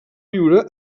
viure